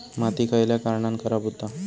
माती खयल्या कारणान खराब हुता?